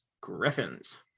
Griffins